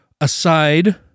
aside